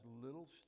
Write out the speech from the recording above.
little